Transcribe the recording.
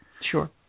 Sure